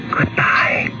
Goodbye